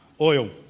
oil